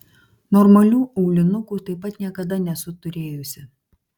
normalių aulinukų taip pat niekada nesu turėjusi